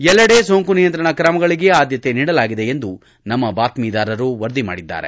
ಎಲ್ಲೆಡೆ ಸೋಂಕು ನಿಯಂತ್ರಣ ಕ್ರಮಗಳಿಗೆ ಆದ್ದತೆ ನೀಡಲಾಗಿದೆ ಎಂದು ನಮ್ಮ ಬಾತ್ಸೀದಾರರು ವರದಿ ಮಾಡಿದ್ದಾರೆ